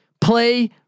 Play